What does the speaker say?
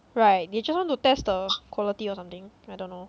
right they just want to test the quality or something I don't know